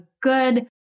good